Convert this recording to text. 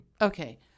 Okay